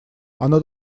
оно